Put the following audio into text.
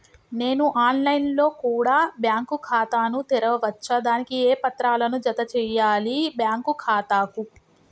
నేను online లో కూడా బ్యాంకు ఖాతా ను తెరవ వచ్చా? దానికి ఏ పత్రాలను జత చేయాలి బ్యాంకు ఖాతాకు?